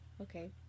Okay